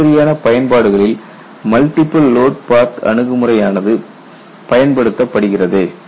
இம்மாதிரியான பயன்பாடுகளில் multiple load path அணுகுமுறையானது பயன்படுத்தப்படுகிறது